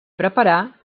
preparar